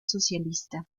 socialista